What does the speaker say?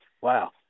Wow